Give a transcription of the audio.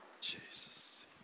Jesus